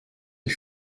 ich